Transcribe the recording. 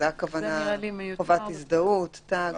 הכוונה לחובת הזדהות, תג.